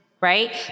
right